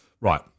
Right